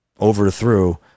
overthrew